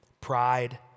pride